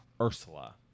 Ursula